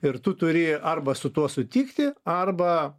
ir tu turi arba su tuo sutikti arba